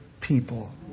people